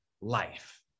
life